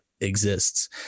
exists